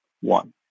One